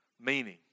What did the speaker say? meaning